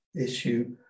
issue